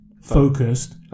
focused